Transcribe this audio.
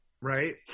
right